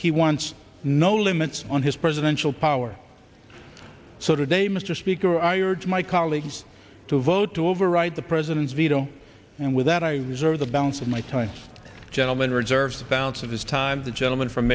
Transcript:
he wants no limits on his presidential power so today mr speaker i urge my colleagues to vote to override the president's veto and with that i reserve the balance of my time gentleman reserves the balance of his time the gentleman from